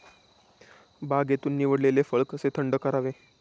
बागेतून निवडलेले फळ कसे थंड करावे?